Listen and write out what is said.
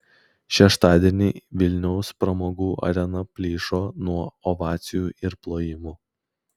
šeštadienį vilniaus pramogų arena plyšo nuo ovacijų ir plojimų